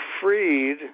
freed